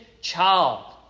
child